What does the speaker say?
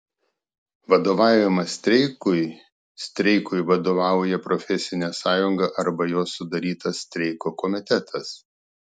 vadovavimas streikui streikui vadovauja profesinė sąjunga arba jos sudarytas streiko komitetas